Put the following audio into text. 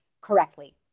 correctly